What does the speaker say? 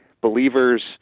believers